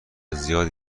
زیادی